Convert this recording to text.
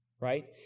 right